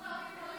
תודה.